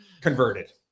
converted